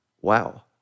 wow